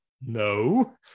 No